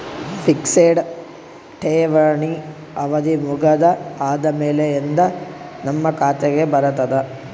Fixed ಠೇವಣಿ ಅವಧಿ ಮುಗದ ಆದಮೇಲೆ ಎಂದ ನಮ್ಮ ಖಾತೆಗೆ ಬರತದ?